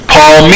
Paul